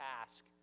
task